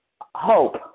hope